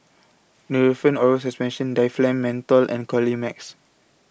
Nurofen Oral Suspension Difflam Menthol and Colimix